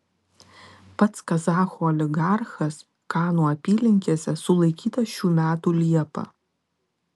pats kazachų oligarchas kanų apylinkėse sulaikytas šių metų liepą